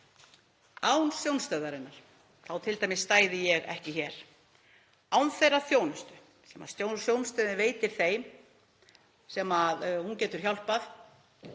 Án Sjónstöðvarinnar þá t.d. stæði ég ekki hér. Án þeirrar þjónustu sem Sjónstöðin veitir þeim sem hún getur hjálpað